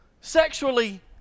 sexually